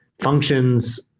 functions,